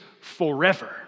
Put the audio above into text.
forever